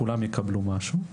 כולם יקבלו משהו,